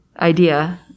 idea